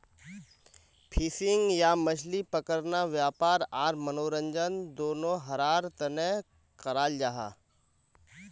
fishing या मछली पकड़ना वयापार आर मनोरंजन दनोहरार तने कराल जाहा